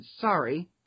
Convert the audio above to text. sorry